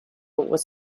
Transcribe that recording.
was